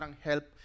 help